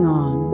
on